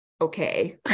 Okay